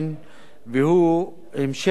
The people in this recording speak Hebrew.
והוא המשך השימוש